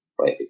Right